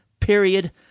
Period